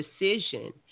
decision